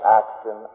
action